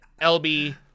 LB